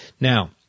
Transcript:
Now